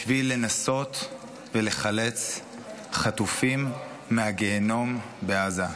בשביל לנסות ולחלץ חטופים מהגיהינום בעזה.